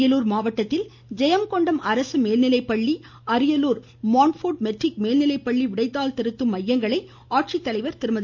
அரியலூர் மாவட்டத்தில் ஜெயங்கொண்டம் அரசு மேல்நிலைப்பள்ளி அரியலூர் மான்போர்ட் மெட்ரிக் மேல்நிலைப்பள்ளி விடைத்தாள் திருத்தும் மையங்களை ஆட்சித்தலைவர் திருமதி